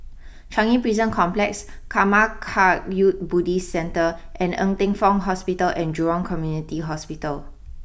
Changi Prison Complex Karma Kagyud Buddhist Center and Ng Teng Fong Hospital and Jurong Community Hospital